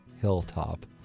hilltop